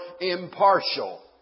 impartial